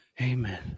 Amen